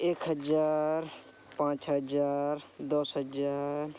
ᱮᱠ ᱦᱟᱡᱟᱨ ᱯᱟᱸᱪ ᱦᱟᱡᱟᱨ ᱫᱚᱥ ᱦᱟᱡᱟᱨ